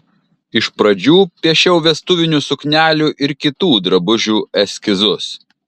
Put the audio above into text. iš pradžių piešiau vestuvinių suknelių ir kitų drabužių eskizus